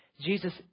Jesus